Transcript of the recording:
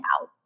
out